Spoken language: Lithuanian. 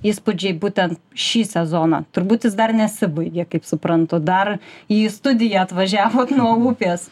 įspūdžiai būtent šį sezoną turbūt jis dar nesibaigė kaip suprantu dar į studiją atvažiavot nuo upės